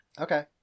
Okay